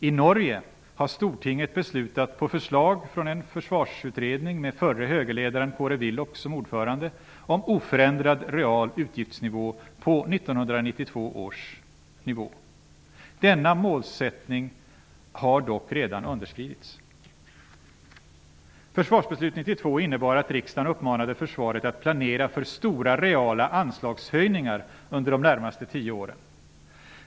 I Norge har stortinget beslutat på förslag från en försvarsutredning med förre högerledaren Kåre Willoch som ordförande om oförändrad real utgiftsnivå på 1992 års nivå. Denna målsättning har dock redan underskridits. 1992 års försvarsbeslut innebar att riksdagen uppmanade försvaret att planera för stora reala anslagshöjningar under de närmaste tio åren.